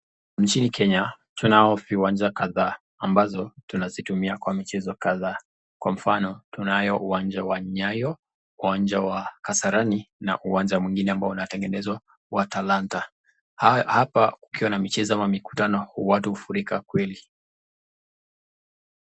Nchini Kenya tunavyo viwanja kadhaa ambazo tunazitumia kwa michezo kadhaa, kwa mfano tunao uwanja wa Nyao ,uwanja wa Kasarani ,na uwanja mwengine ambao unatengenezwa wa Talanta, hapa kukiwa na michezo ama mikutano watu hufurika kweli.